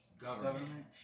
Government